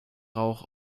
rauch